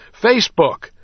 Facebook